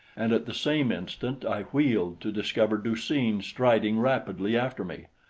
and at the same instant i wheeled to discover du-seen striding rapidly after me.